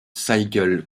cycle